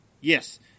Yes